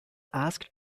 asked